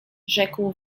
rzekł